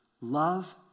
love